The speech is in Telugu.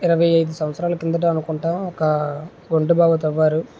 ఇరవై ఐదు సంవత్సరాల కిందట అనుకుంటా ఒక గుంటబావి తవ్వారు